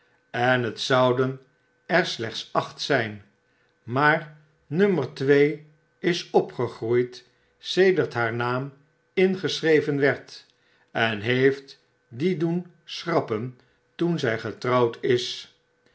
en het zouden er sledits acht zijn maar nummer twee is opgegroeid sedert haar naam ingeschreven werd en heeft dien doen schrappen toen zij getrouwd is